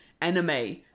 anime